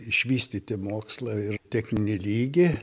išvystyti mokslą ir techninį lygį